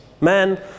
Man